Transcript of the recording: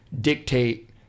dictate